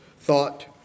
thought